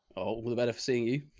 well, the benefits, seeing you,